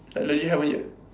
like legit haven't yet